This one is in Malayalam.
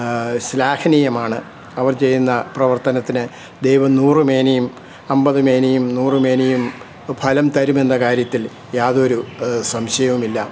ശ്ലാഘനീയമാണ് അവർ ചെയ്യുന്ന പ്രവർത്തനത്തിന് ദൈവം നൂറു മേനിയും അമ്പതു മേനിയും നൂറു മേനിയും ഫലം തരുമെന്ന കാര്യത്തിൽ യാതൊരു സംശയവുമില്ല